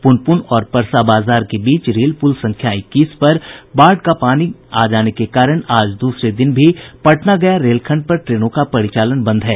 पुनपुन और परसा बाजार के बीच रेल पुल संख्या इक्कीस पर बाढ़ का पानी के आ जाने के कारण आज दूसरे दिन भी पटना गया रेलखंड पर ट्रेनों का परिचालन बंद है